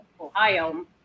Ohio